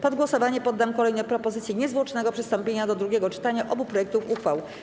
Pod głosowanie poddam kolejno propozycje niezwłocznego przystąpienia do drugiego czytania obu projektów uchwał.